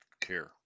care